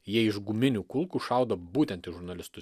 jie iš guminių kulkų šaudo būtent į žurnalistus